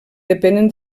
depenen